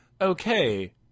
okay